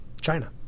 China